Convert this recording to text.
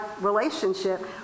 relationship